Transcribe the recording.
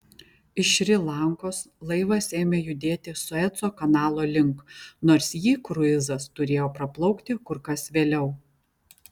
iš šri lankos laivas ėmė judėti sueco kanalo link nors jį kruizas turėjo praplaukti kur kas vėliau